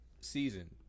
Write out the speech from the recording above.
season